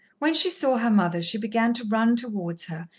when she saw her mother she began to run towards her,